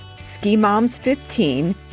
SKIMOMS15